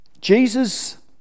Jesus